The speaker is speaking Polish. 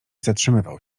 zatrzymywał